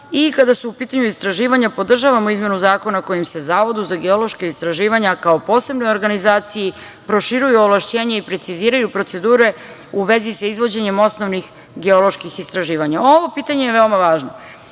su u pitanju istraživanja, podržavamo izmenu zakona kojim se Zavodu za geološka istraživanja, kao posebnoj organizaciji, proširuju ovlašćenja i preciziraju procedure u vezi sa izvođenjem osnovnih geoloških istraživanja. Ovo pitanje je veoma važno,